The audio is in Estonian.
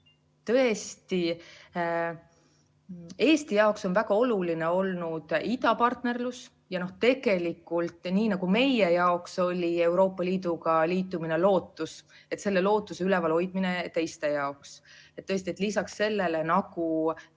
Tõesti, Eesti jaoks on väga oluline olnud idapartnerlus ja tegelikult, nii nagu meie jaoks oli Euroopa Liiduga liitumine lootus, on [tähtis ka selle] lootuse üleval hoidmine teiste jaoks. Tõesti, lisaks sellele, et nagu